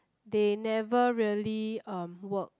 they never really um work